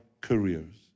careers